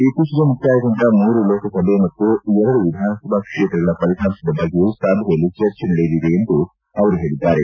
ಇತ್ತೀಚಿಗೆ ಮುಕ್ತಾಯಗೊಂಡ ಮೂರು ಲೋಕಸಭೆ ಮತ್ತು ಎರಡು ವಿಧಾನಸಭಾ ಕ್ಷೇತ್ರಗಳ ಫಲಿತಾಂಶದ ಬಗ್ಗೆಯೂ ಸಭೆಯಲ್ಲಿ ಚರ್ಚೆ ನಡೆಯಲಿದೆ ಎಂದು ಅವರು ಹೇಳಿದ್ದಾರೆ